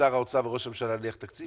שר האוצר וראש הממשלה להניח תקציב,